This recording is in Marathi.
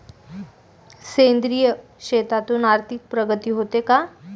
सेंद्रिय शेतीतून आर्थिक प्रगती होते का?